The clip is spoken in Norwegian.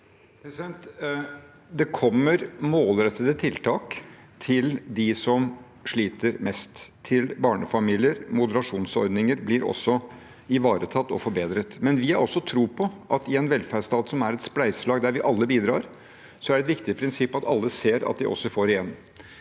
Det kommer målrettede tiltak til dem som sliter mest, til barnefamilier. Moderasjonsordninger blir også ivaretatt og forbedret. Men vi har også tro på at i en velferdsstat, som er et spleiselag der vi alle bidrar, er et viktig prinsipp at alle ser at de får igjen.